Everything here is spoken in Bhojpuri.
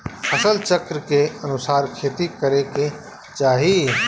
फसल चक्र के अनुसार खेती करे के चाही